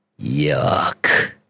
yuck